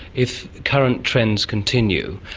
if current trends continue,